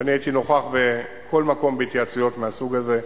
ואני הייתי נוכח בכל מקום בהתייעצויות מהסוג הזה,